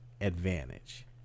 advantage